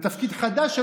זה תפקיד חדש.